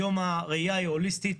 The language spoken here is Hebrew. היום הראייה היא הוליסטית.